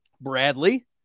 Bradley